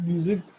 Music